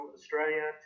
Australia